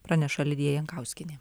praneša lidija jankauskienė